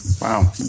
Wow